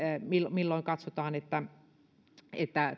milloin katsotaan että